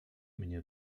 mnie